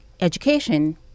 education